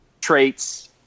traits